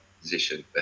position